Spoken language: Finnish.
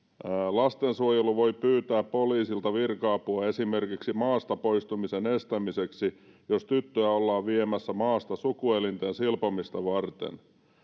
lastensuojelu voi pyytää poliisilta virka apua esimerkiksi maasta poistumisen estämiseksi jos tyttöä ollaan viemässä maasta sukuelinten silpomista varten